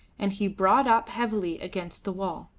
and he brought up heavily against the wall.